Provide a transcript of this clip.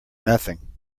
nothing